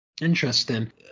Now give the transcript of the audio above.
interesting